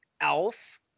Elf